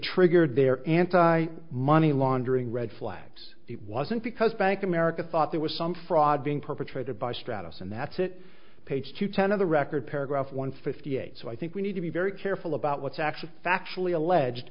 triggered their anti money laundering red flags it wasn't because bank of america thought there was some fraud being perpetrated by stratus and that's it page two ten of the record paragraph one fifty eight so i think we need to be very careful about what's actually factually alleged